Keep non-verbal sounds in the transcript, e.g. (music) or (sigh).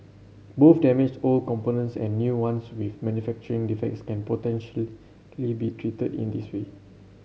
both damaged old components and new ones with manufacturing defects can potentially (unintelligible) be treated in this way